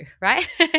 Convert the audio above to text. right